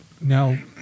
now